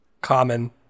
common